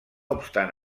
obstant